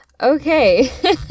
okay